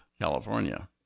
California